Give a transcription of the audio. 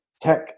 tech